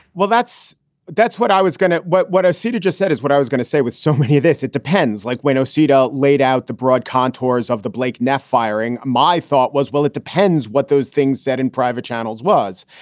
well, that's that's what i was going to what what i see you just said is what i was going to say with so many this it depends. like waino, cedo laid out the broad contours of the blade now firing. my thought was, well, it depends what those things said in private channels was.